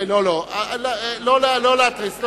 לא להתריס.